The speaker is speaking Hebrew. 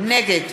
נגד